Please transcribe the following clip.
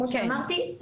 כמו שאמרתי,